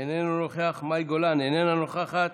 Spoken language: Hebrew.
איננו נוכח, מאי גולן, איננה נוכחת,